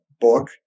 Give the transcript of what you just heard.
book